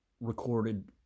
Recorded